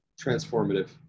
transformative